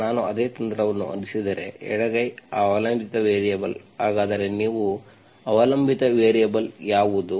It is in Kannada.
ನಾನು ಅದೇ ತಂತ್ರವನ್ನು ಅನುಸರಿಸಿದರೆ ಎಡಗೈ ಆ ಅವಲಂಬಿತ ವೇರಿಯೇಬಲ್ ಹಾಗಾದರೆ ನೀವು ಅವಲಂಬಿತ ವೇರಿಯಬಲ್ ಯಾವುದು